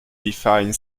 defined